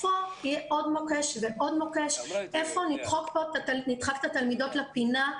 עוד מוקש ועוד מוקש, איפה נדחק את התלמידות לפינה,